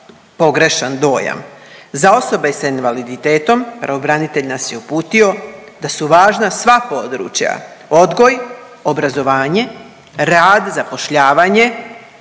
pogrešan dojam. Za osobe s invaliditetom pravobranitelj nas je uputio da su važna sva područja, odgoj, obrazovanje, rad, zapošljavanje,